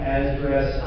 address